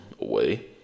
away